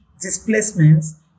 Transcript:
displacements